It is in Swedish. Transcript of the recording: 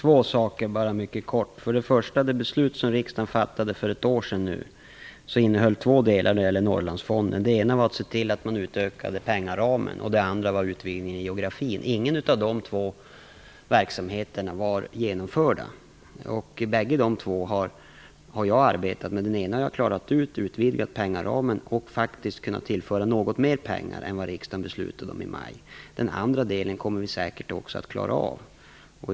Fru talman! Helt kort bara två saker. Det beslut som riksdagen fattade för ett år sedan innehöll två delar när det gäller Norrlandsfonden: dels en utökning av pengaramen, dels en geografisk utvidgning. Ingen av de två verksamheterna var genomförda. Bägge sakerna har jag arbetat med. Den ena har jag klarat ut, nämligen utvidgningen av pengaramen. Faktiskt har också mer pengar kunnat tillföras än vad riksdagen beslutade om i maj. Också den andra delen kommer vi säkert att klara av.